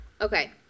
Okay